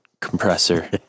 compressor